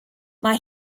mae